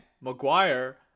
Maguire